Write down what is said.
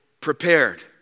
prepared